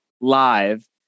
live